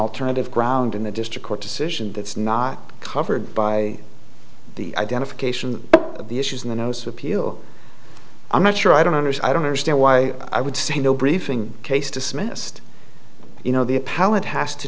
alternative ground in the district court decision that's not covered by the identification of the issues in those appeal i'm not sure i don't as i don't understand why i would say no briefing case dismissed you know the appellate has to